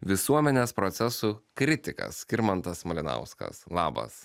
visuomenės procesų kritikas skirmantas malinauskas labas